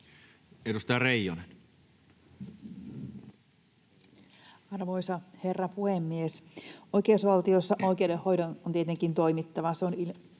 17:42 Content: Arvoisa herra puhemies! Oikeusvaltiossa oikeudenhoidon on tietenkin toimittava.